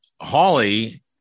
Holly